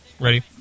Ready